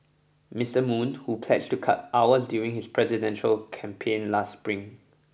Mister Moon who pledged to cut hours during his presidential campaign last Spring